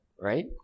right